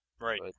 Right